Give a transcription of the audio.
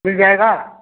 मिल जाएगा